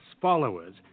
followers